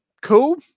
Cool